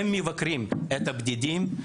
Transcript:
את הבודדים.